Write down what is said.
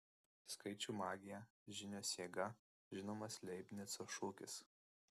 skaičių magija žinios jėga žinomas leibnico šūkis